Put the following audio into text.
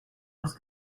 was